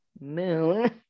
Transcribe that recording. moon